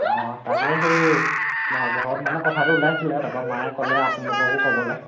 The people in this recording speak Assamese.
অঁ তাকে সেই মই ঘৰত মানে কথাটো ওলাইছিল তাৰপৰা মায়ে ক'লে আপোনালোককো ক'বলৈ